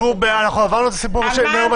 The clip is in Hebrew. אנחנו עברנו את הסיפור של אמון הציבור.